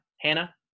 Hannah